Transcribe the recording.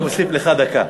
אני מוסיף לך דקה.